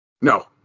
No